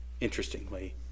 Interestingly